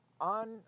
on